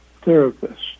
therapist